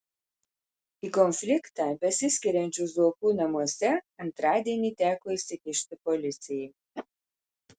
į konfliktą besiskiriančių zuokų namuose antradienį teko įsikišti policijai